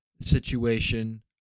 situation